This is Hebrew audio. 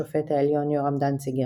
שופט העליון יורם דנציגר?,